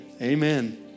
Amen